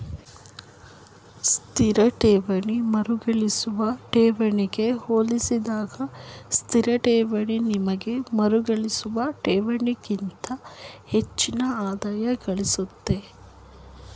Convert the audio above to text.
ಸ್ಥಿರ ಠೇವಣಿ ಮರುಕಳಿಸುವ ಠೇವಣಿಗೆ ಹೋಲಿಸಿದಾಗ ಸ್ಥಿರಠೇವಣಿ ನಿಮ್ಗೆ ಮರುಕಳಿಸುವ ಠೇವಣಿಗಿಂತ ಹೆಚ್ಚಿನ ಆದಾಯಗಳಿಸುತ್ತೆ